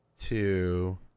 two